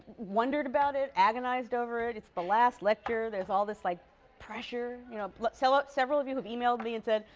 wondered about it, agonized over it. it's the last lecture. there's all this like pressure. you know but so ah several of you have e-mailed me and said,